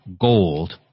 gold